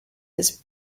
his